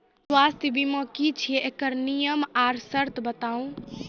स्वास्थ्य बीमा की छियै? एकरऽ नियम आर सर्त बताऊ?